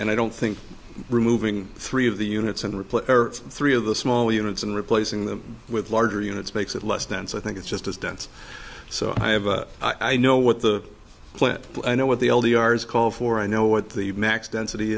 and i don't think removing three of the units and replace three of the small units and replacing them with larger units makes it less dense i think it's just as dense so i have a i know what the plan i know what the all the r s called for i know what the max density